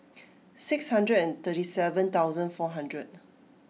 six hundred and thirty seven thousand four hundred